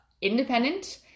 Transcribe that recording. independent